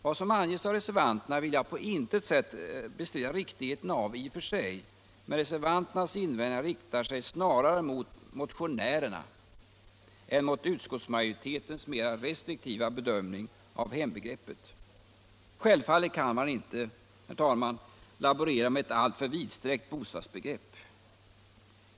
Vad som anges av reservanterna vill jag på intet sätt bestrida riktigheten av, i och för sig, men reservanternas invändningar riktar sig snarare mot motionärerna än mot utskottsmajoritetens mera restriktiva bedömning av hembegreppet. Självfallet kan man inte, herr talman, laborera med ett alltför vidsträckt bostadsbegrepp.